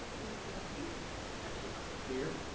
miss yelsey. here. dr. navarro. here.